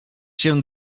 się